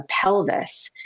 pelvis